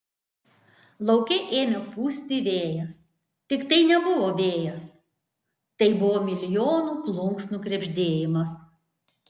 lauke ėmė pūsti vėjas tik tai nebuvo vėjas tai buvo milijonų plunksnų krebždėjimas